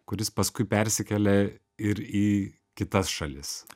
kuris paskui persikelia ir į kitas šalis